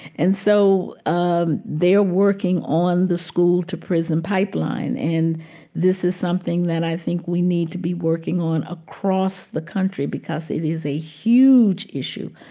and so um they are working on the school to prison pipeline and this is something that i think we need to be working on across the country because it is a huge issue.